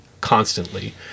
constantly